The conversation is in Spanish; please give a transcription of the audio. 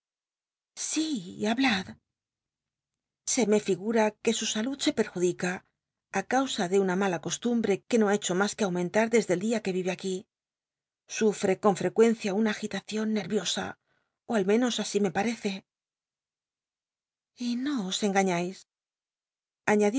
si hablad se me figma que su sahul se pctjuliica ü cau a de una mala costumbre que no ha hecho mas que aumcnta t desde el dia que vire aquí sufre con ftccucncia una agi tacion ncrviosa ú al menos así me patece y no os